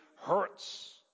hurts